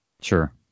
Sure